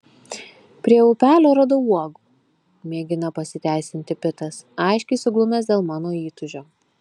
prie upelio radau uogų mėgina pasiteisinti pitas aiškiai suglumęs dėl mano įtūžio